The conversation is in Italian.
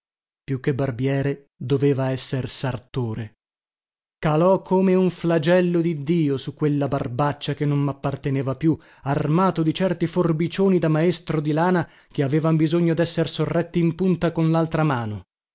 più che barbiere doveva esser sartore calò come un flagello di dio su quella barbaccia che non mapparteneva più armato di certi forbicioni da maestro di lana che avevan bisogno desser sorretti in punta con laltra mano